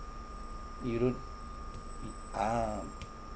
you don't ah